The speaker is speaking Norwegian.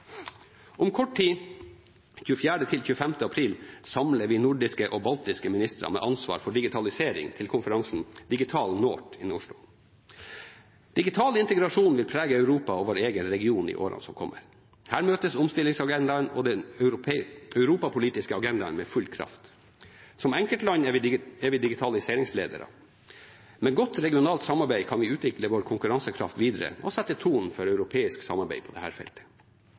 Om kort tid, 24.–25. april, samler vi nordiske og baltiske ministre med ansvar for digitalisering til konferansen Digital North i Oslo. Digital integrasjon vil prege Europa og vår egen region i årene som kommer. Her møtes omstillingsagendaen og den europapolitiske agendaen med full kraft. Som enkeltland er vi digitaliseringsledere. Med godt regionalt samarbeid kan vi utvikle vår konkurransekraft videre og sette tonen for europeisk samarbeid på dette feltet. Jeg ser også fram til et tett samarbeid med det